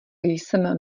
jsem